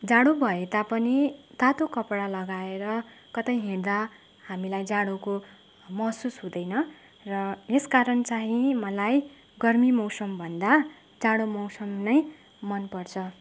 जाडो भए तापनि तातो कपडा लगाएर कतै हिँड्दा हामीलाई जाडोको महसुस हुँदैन र यस कारण चाहिँ मलाई गर्मी मौसमभन्दा जाडो मौसम नै मन पर्छ